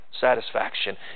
satisfaction